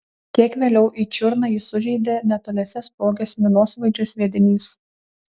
kiek vėliau į čiurną jį sužeidė netoliese sprogęs minosvaidžio sviedinys